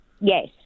Yes